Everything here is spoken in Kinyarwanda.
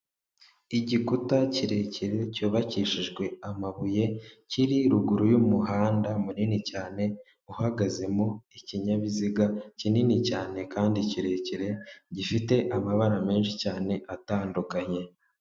Igikuta kirekire cyubakishijwe amabuye, kiri ruguru y'umuhanda munini cyane, uhagazemo ikinyabiziga kinini cyane kandi kirekire gifite amabara menshi cyane atandukanye.